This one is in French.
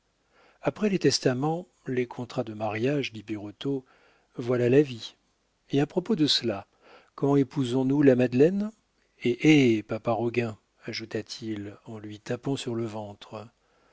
après les testaments les contrats de mariage dit birotteau voilà la vie et à propos de cela quand épousons nous la madeleine hé hé papa roguin ajouta-t-il en lui tapant sur le ventre